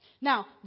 Now